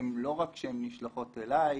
שלא רק נשלחות אלי,